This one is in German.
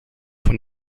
von